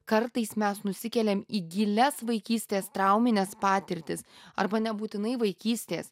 kartais mes nusikeliam į gilias vaikystės traumines patirtis arba nebūtinai vaikystės